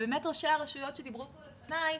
ובאמת ראשי הרשויות שדיברו לפני,